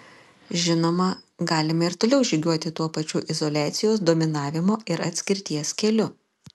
žinoma galime ir toliau žygiuoti tuo pačiu izoliacijos dominavimo ir atskirties keliu